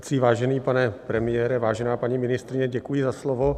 Vážený pane premiére, vážená paní ministryně, děkuji za slovo.